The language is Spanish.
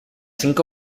cinco